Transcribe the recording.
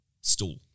stool